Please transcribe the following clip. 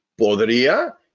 podría